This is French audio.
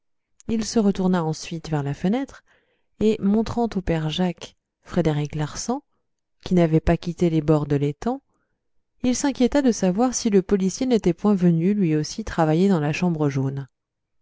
il se retourna ensuite vers la fenêtre et montrant au père jacques frédéric larsan qui n'avait pas quitté les bords de l'étang il s'inquiéta de savoir si le policier n'était point venu lui aussi travailler dans la chambre jaune